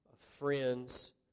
friends